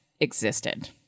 existed